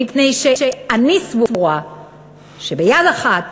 מפני שאני סבורה שביד אחת